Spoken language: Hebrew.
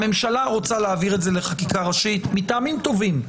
הממשלה רוצה להעביר את זה לחקיקה ראשית מטעמים טובים,